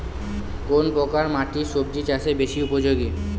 কোন প্রকার মাটি সবজি চাষে বেশি উপযোগী?